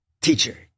teacher